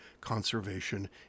Conservation